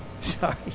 sorry